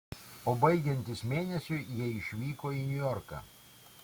o baigiantis mėnesiui jie išvyko į niujorką